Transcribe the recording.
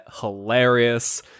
hilarious